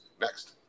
next